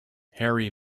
harry